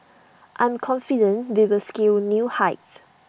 I'm confident we will scale new heights